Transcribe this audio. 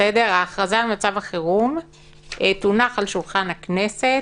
שאומר: "ההכרזה על מצב החירום תונח על שולחן הכנסת